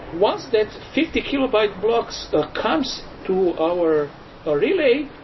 once that fifty kilobyte blocks ah comes to our relay,